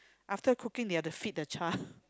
after cooking they have to feed the child